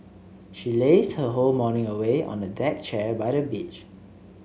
she lazed her whole morning away on a deck chair by the beach